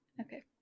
Okay